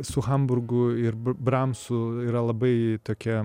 su hamburgu ir bramsu yra labai tokia